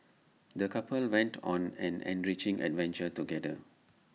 the couple went on an enriching adventure together